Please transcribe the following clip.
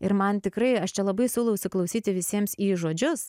ir man tikrai aš čia labai siūlau įsiklausyti visiems į žodžius